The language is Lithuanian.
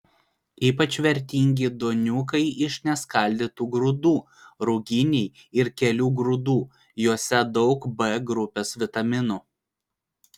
ypač vertingi duoniukai iš neskaldytų grūdų ruginiai ir kelių grūdų juose daug b grupės vitaminų